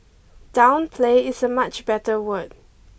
downplay is a much better word